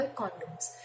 condoms